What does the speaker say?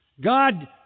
God